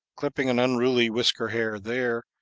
clipping an unruly whisker-hair there,